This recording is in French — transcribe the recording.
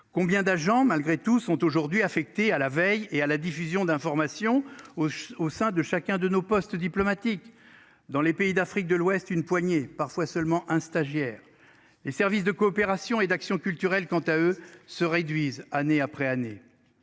Combien d'agents malgré tout sont aujourd'hui affectés à la veille et à la diffusion d'informations au au sein de chacun de nos postes diplomatiques dans les pays d'Afrique de l'Ouest une poignée parfois seulement un stagiaire. Services de coopération et d'actions culturelles, quant à eux se réduisent, année après année.